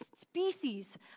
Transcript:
species